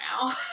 now